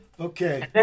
Okay